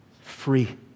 free